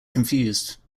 confused